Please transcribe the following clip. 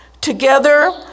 together